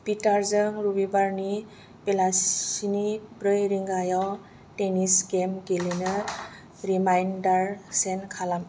पिटारजों रबिबारनि बेलासिनि ब्रै रिंगायाव टेनिस गेम गेलेनो रिमाइन्डार सेन्ट खालाम